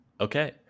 Okay